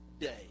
day